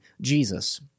Jesus